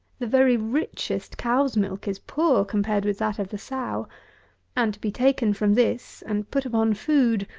the very richest cow's milk is poor, compared with that of the sow and, to be taken from this and put upon food,